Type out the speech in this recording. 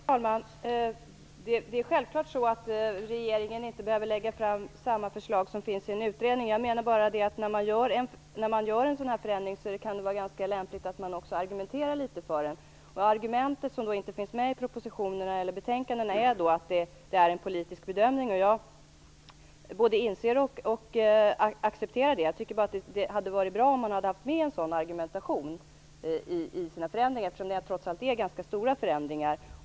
Fru talman! Det är självfallet så att regeringen inte behöver lägga fram samma förslag som finns i en utredning. Men när man genomför en förändring kan det vara lämpligt att man också argumenterar litet för den. Argumentet som inte finns med i propositionen eller i betänkandet är då att det är fråga om en politisk bedömning. Jag både inser och accepterar det. Jag tycker bara att det hade varit bra om det hade funnits med en sådan argumentation, eftersom det trots allt rör sig om ganska stora förändringar.